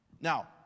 Now